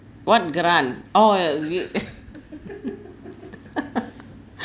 what grant oh you